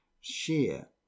share